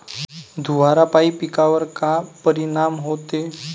धुवारापाई पिकावर का परीनाम होते?